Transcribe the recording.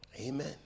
Amen